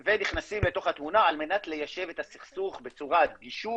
הם נכנסים לתוך התמונה על מנת ליישב את הסכסוך בצורת גישור,